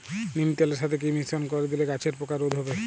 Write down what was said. নিম তেলের সাথে কি মিশ্রণ করে দিলে গাছের পোকা রোধ হবে?